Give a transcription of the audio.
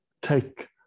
take